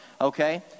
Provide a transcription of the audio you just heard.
okay